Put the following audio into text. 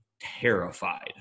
terrified